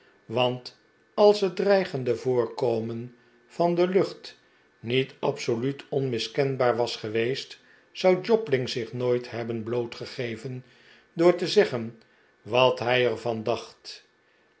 want als het dreigende voorkomen van de lucht niet absoluut onmiskenbaar was geweest zou jobling zich nooit hebben blootgegeven door te z eggen wat hij er van dacht